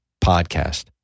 Podcast